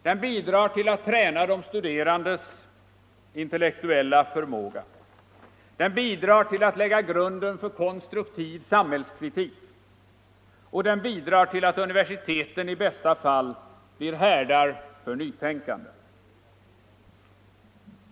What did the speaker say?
Den bidrar till att träna de studerandes intellektuella förmåga, den bidrar till att lägga grunden för konstruktiv samhällskritik och den bidrar till att universiteten i bästa fall blir härdar för nytänkande.